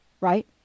Right